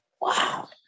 Wow